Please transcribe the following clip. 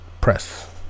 press